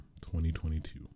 2022